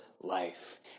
life